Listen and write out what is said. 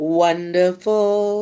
wonderful